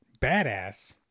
badass